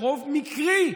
ברוב מקרי,